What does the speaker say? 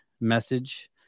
message